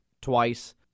twice